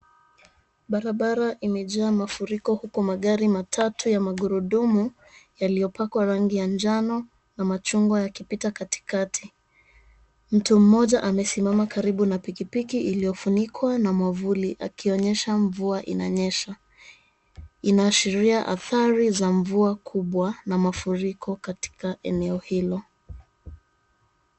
Barabara imejaaa mafuriko huku magari matatu yenye magurudumu yaliyo pakwa rangi ya njano na machungwa yakipita katikati, mtu mmoja amesimama karibu na pikipiki iliyofunikwa na mwavuli akionyesha mvua inanyesha, inaashiria athari za mvua kubwa na mafuriko katika eneo hilo.